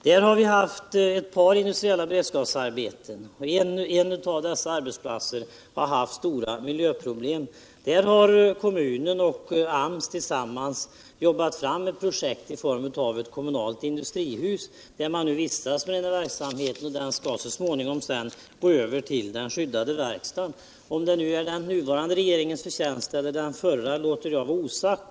Där har vi haft ett par industriella beredskapsarbeten, och på en av arbetsplatserna har det varit stora miljöproblem. Kommunen och AMS har tillsammans jobbat fram ett projekt i form av ett kommunalt industrihus, där man vistas och bedriver verksamheten. Den skall så småningom flyttas över till den skyddade verkstaden. Om det är den nuvarande eller den förra regeringens förtjänst låter jag vara osagt.